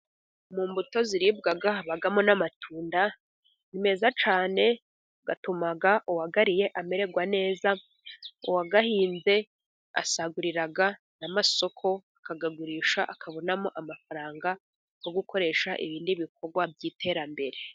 Mu mbuto ziribwa habamo n'amatunda meza cyane, yatuma uwayariye amererwa neza, uwayahinze asagurira n'amasoko ,akayagurisha ,akabonamo amafaranga yo gukoresha ibindi bikorwa by'iterambere.